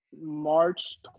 March